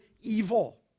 evil